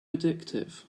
addictive